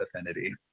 Affinity